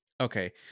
Okay